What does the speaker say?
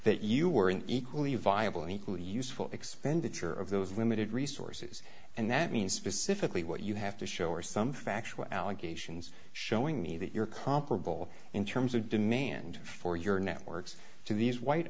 that you were an equally viable and equally useful expenditure of those limited resources and that means specifically what you have to show or some factual allegations showing me that you're comparable in terms of demand for your networks to these white